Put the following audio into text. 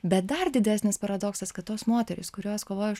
bet dar didesnis paradoksas kad tos moterys kurios kovoja už